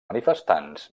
manifestants